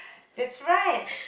that's right